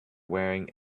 wearing